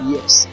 Yes